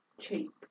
cheap